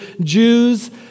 Jews